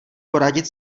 poradit